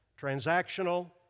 transactional